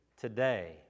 today